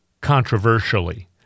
Controversially